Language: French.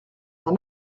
d’en